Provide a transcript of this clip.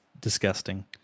disgusting